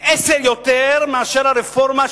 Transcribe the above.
כשר השיכון.